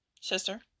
Sister